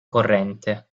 corrente